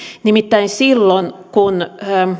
nimittäin silloin kun